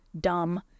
dumb